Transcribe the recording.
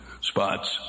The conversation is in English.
spots